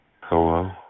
Hello